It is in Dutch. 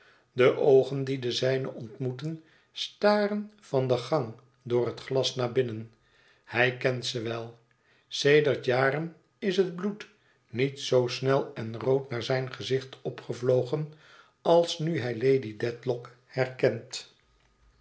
de oogen die de zijne ontmoeten staren van den gang door het glas naar binnen hij kent ze wel sedert jaren is het bloed niet zoo snel en rood naar zijn gezicht opgevlogen als nu hij lady dedlock herkent